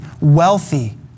wealthy